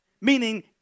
meaning